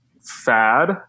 fad